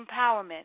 empowerment